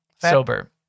sober